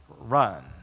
run